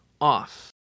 off